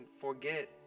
forget